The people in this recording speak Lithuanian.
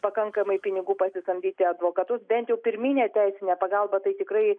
pakankamai pinigų pasisamdyti advokatus bent jau pirminę teisinę pagalbą tai tikrai